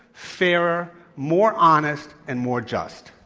fairer, more honest, and more just.